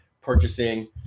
purchasing